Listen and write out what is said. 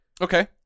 Okay